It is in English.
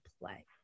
play